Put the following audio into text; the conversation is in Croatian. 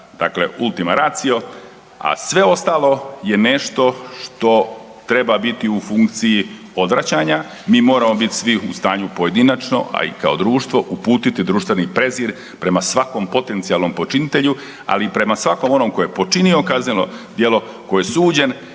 dakle ultima ratio, a sve ostalo je nešto što treba biti u funkciji odvraćanja. Mi moramo biti svi u stanju pojedinačno, a i kao društvo uputiti društveni prezir prema svakom potencijalnom počinitelju, ali i prema svakom onom tko je počinio kazneno djelo tko je suđen